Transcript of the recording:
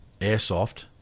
Airsoft